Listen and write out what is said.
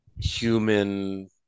human